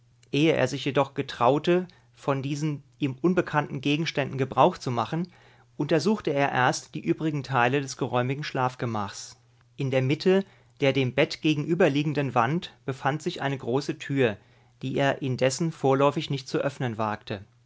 ehe er sich jedoch getraute von diesen ihm unbekannten gegenständen gebrauch zu machen untersuchte er erst die übrigen teile des geräumigen schlafgemachs in der mitte der dem bett gegenüberliegenden wand befand sich eine große tür die er indessen vorläufig nicht zu öffnen wagte